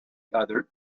other